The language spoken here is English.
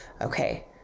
okay